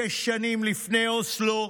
שש שנים לפני אוסלו,